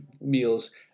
meals